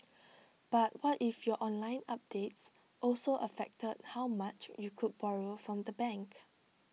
but what if your online updates also affected how much you could borrow from the bank